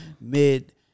mid